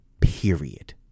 period